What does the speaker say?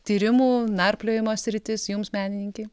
tyrimų narpliojimo sritis jums menininkei